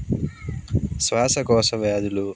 శ్వాసకోశ వ్యాధులు